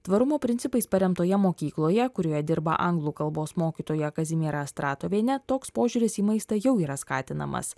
tvarumo principais paremtoje mokykloje kurioje dirba anglų kalbos mokytoja kazimiera astratovienė toks požiūris į maistą jau yra skatinamas